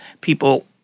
People –